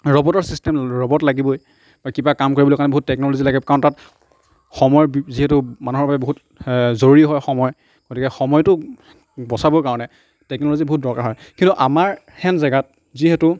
ৰবটৰ system robot লাগিবই বা কিবা কাম কৰিবলৈ কাৰণে বহুত টেকন'লজি লাগে কাৰণ তাত সময়ৰ যিহেতু মানুহৰ বাবে বহুত জৰুৰী হয় সময় গতিকে সময়টো বচাবৰ কাৰণে টেকন'লজিৰ বহুত দৰকাৰ হয় কিন্তু আমাৰ হেন জেগাত যিহেতু